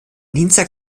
dienstag